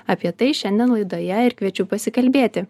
apie tai šiandien laidoje ir kviečiu pasikalbėti